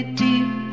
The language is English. deep